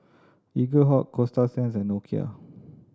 Eaglehawk Coasta Sands and Nokia